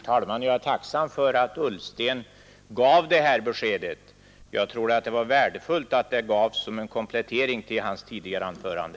Herr talman! Jag är tacksam för att herr Ullsten gav detta besked. Jag tror det var värdefullt att det gavs som en komplettering till hans tidigare anförande.